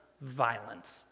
violence